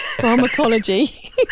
Pharmacology